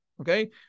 Okay